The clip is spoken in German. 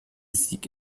sieg